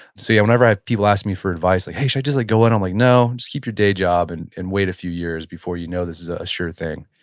so yeah, whenever i have people ask me for advice, like, hey, should i just like go in? i'm like, no, just keep your day job and and wait a few years before you know this is a sure thing.